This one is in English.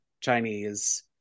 Chinese